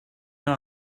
know